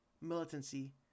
militancy